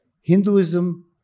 Hinduism